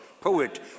poet